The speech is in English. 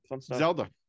Zelda